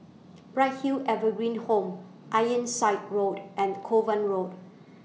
Bright Hill Evergreen Home Ironside Road and Kovan Road